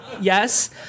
Yes